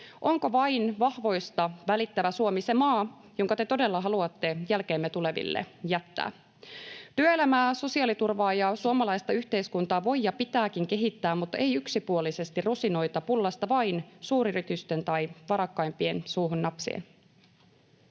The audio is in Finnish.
onko vain vahvoista välittävä Suomi se maa, jonka te todella haluatte jälkeemme tuleville jättää. Työelämää, sosiaaliturvaa ja suomalaista yhteiskuntaa voi ja pitääkin kehittää, mutta ei yksipuolisesti rusinoita pullasta vain suuryritysten tai varakkaimpien suuhun napsien.